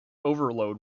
overload